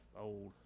old